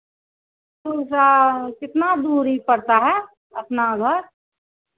school सा कितना दूरी पड़ता है अपना घर